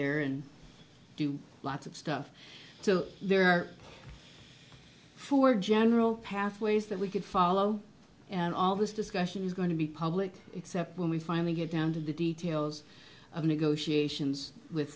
there and do lots of stuff so there are four general pathways that we could follow and all this discussion is going to be public except when we finally get down to the details of negotiations with